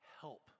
help